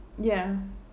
ya